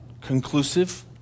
conclusive